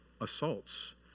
assaults